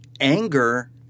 anger